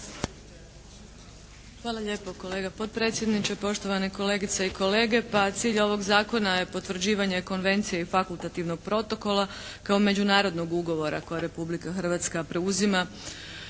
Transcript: Hvala lijepa, kolega potpredsjedniče. Poštovane kolegice i kolege. Cilj ovog zakona je potvrđivanje konvencije i fakultativnog protokola kao međunarodnog ugovora koje Republika Hrvatska preuzima